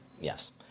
yes